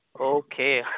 Okay